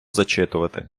зачитувати